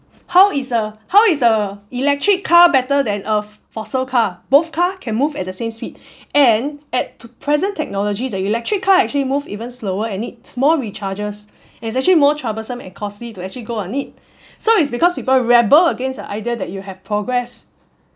how is a how is a electric car better than a fossil car both car can move at the same speed and at present technology the electric car actually move even slower and it needs more recharges and it's actually more troublesome and costly to actually go on it so it's because people rebel against the idea that you have progress